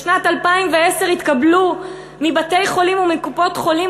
בשנת 2010 התקבלו מבתי-חולים ומקופות-חולים